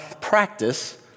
practice